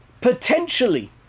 potentially